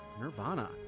Nirvana